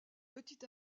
petit